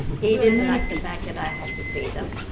he didn't like the fact that i had to pay them.